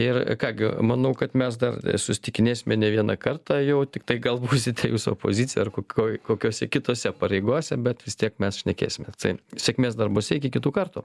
ir ką gi manau kad mes dar susitikinėsime ne vieną kartą jau tiktai gal būsite jūs opozicija ar kokioje kokiose kitose pareigose bet vis tiek mes šnekėsime tai sėkmės darbuose iki kitų kartų